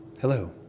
hello